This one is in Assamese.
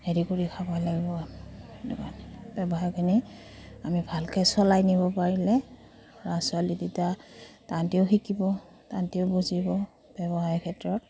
হেৰি কৰি খাবই লাগিব ব্যৱসায়খিনি আমি ভালকৈ চলাই নিব পাৰিলে ল'ৰা ছোৱালী দুটা তাহাঁতেও শিকিব তাহাঁতেও বুজিব ব্যৱসায় ক্ষেত্ৰত